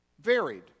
varied